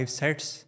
sets